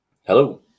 hello